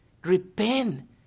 Repent